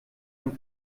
und